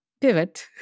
pivot